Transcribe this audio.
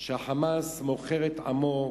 שהוא מוכר את עמו,